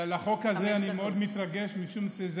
מי זאת מאי גולן בשבילך?